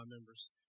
members